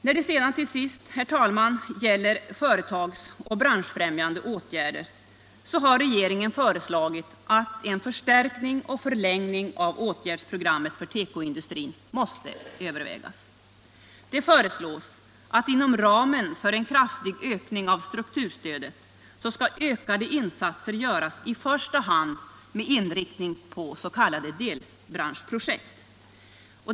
När det sedan till sist, herr talman, gäller företags och branschfrämjande åtgärder har regeringen föreslagit att en förstärkning och förlängning av åtgärdsprogrammet för tekoindustrin måste övervägas. Det föreslås att inom ramen för en kraftig ökning av strukturstödet ökade insatser i första hand skall göras med inriktning på s.k. delbranschprojekt.